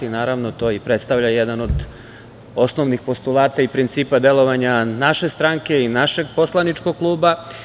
Naravno, to i predstavlja jedan od osnovnih postulata i principa delovanja naše stranke i našeg poslaničkog kluba.